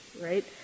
right